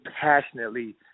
passionately